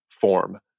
form